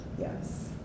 Yes